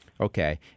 okay